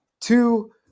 two